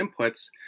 inputs